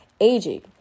aging